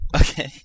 Okay